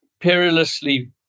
perilously